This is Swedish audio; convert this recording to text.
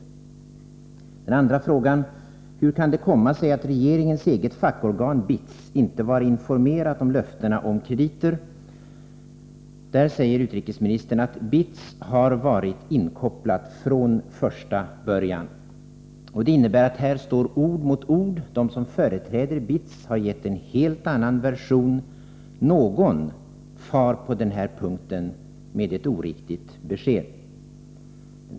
För det andra: Hur kan det komma sig att regeringens eget fackorgan BITS inte var informerat om löftena om krediter? Utrikesministern säger att BITS har varit inkopplat från första början. Detta innebär att ord står mot ord. De som företräder BITS har gett en helt annan version. Någon ger på denna punkt ett oriktigt besked.